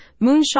Moonshot